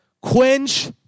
quench